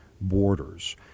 borders